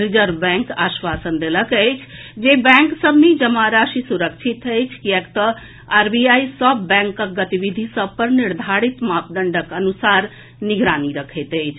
reserve bank आश्वासन देलक अछि जे बैंक सभ मे जमा राशि सुरक्षित अछि किएक तऽ आरबीआई सभ बैंकक गतिविधि सभ पर निर्धारित मापदंडक अनुसार निगरानी रखैत अछि